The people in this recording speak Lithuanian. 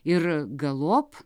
ir galop